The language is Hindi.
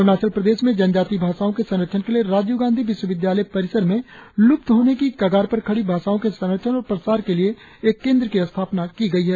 अरुणाचल प्रदेश में जनजातीय भाषाओं के संरक्षण के लिए राजीव गांधी विश्वविद्यालय परिसर में लुप्त होने की कगार पर खड़ी भाषाओं के संरक्षण और प्रसार के लिए एक केंद्र की स्थापना की गई है